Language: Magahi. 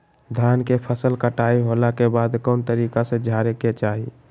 धान के फसल कटाई होला के बाद कौन तरीका से झारे के चाहि?